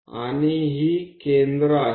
અને આ કેન્દ્રો છે